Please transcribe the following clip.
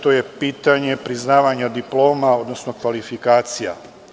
To je pitanje priznavanja diploma, odnosno kvalifikacija.